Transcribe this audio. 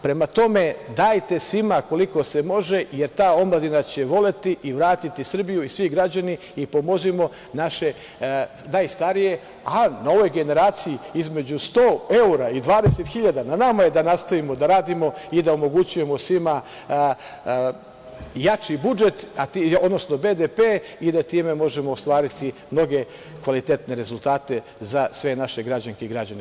Prema tome, dajte svima koliko se može, jer ta omladina će voleti i vratiti Srbiju i svi građani i pomozimo naše najstarije, a novoj generaciji između 100 evra i 20.000, na nama je da nastavimo da radimo i da omogućujemo svima jači budžet, odnosno BDP i da time možemo ostvariti mnoge kvalitetne rezultate za sve naše građanke i građane.